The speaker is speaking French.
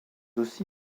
aussi